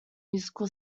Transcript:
musical